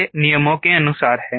यह नियमों के अनुसार है